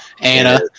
Anna